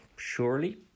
surely